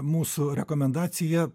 mūsų rekomendacija